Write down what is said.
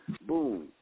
boom